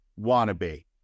wannabe